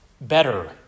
better